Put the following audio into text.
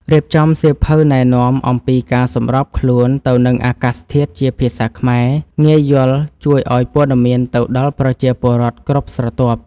រៀបចំសៀវភៅណែនាំអំពីការសម្របខ្លួនទៅនឹងអាកាសធាតុជាភាសាខ្មែរងាយយល់ជួយឱ្យព័ត៌មានទៅដល់ប្រជាពលរដ្ឋគ្រប់ស្រទាប់។